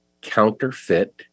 counterfeit